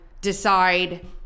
decide